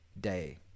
day